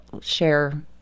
share